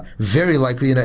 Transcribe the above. very likely. you know